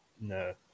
No